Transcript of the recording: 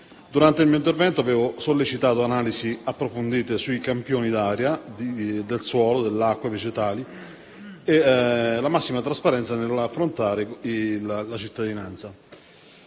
Durante il mio intervento avevo sollecitato analisi approfondite sui campioni dell'aria, del suolo, dell'acqua e vegetali, nonché la massima trasparenza nell'affrontare la cittadinanza.